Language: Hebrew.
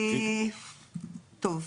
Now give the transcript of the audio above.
טוב,